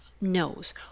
knows